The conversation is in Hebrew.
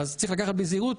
צריך לקחת את זה בזהירות.